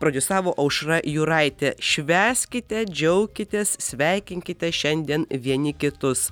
prodiusavo aušra jūraitė švęskite džiaukitės sveikinkite šiandien vieni kitus